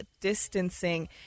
distancing